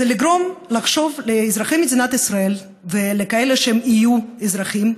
זה לגרום לאזרחי מדינת ישראל ולכאלה שיהיו אזרחים,